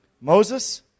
Moses